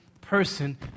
person